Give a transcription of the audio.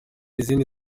izindi